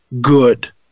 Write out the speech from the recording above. good